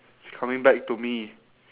it's coming back to me